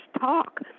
talk –